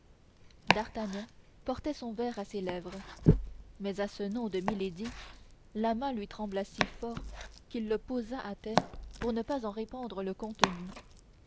d'artagnan portait son verre à ses lèvres mais à ce nom de milady la main lui trembla si fort qu'il le posa à terre pour ne pas en répandre le contenu